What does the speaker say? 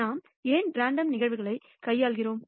நாம் ஏன் ரேண்டம் நிகழ்வுகளை கையாள்கிறோம்